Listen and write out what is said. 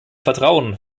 vertrauen